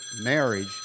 marriage